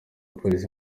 polisi